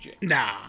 nah